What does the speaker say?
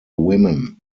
women